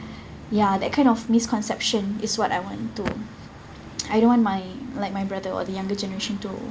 ya that kind of misconception is what I want to I don't want my like my brother or the younger generation to